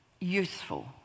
useful